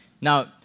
Now